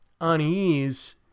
unease